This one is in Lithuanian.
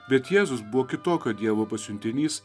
bet jėzus buvo kitokio dievo pasiuntinys